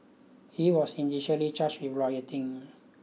he was initially charged with rioting